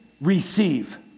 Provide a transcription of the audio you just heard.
receive